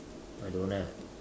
I don't have